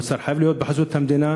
המוצר חייב להיות בחסות המדינה,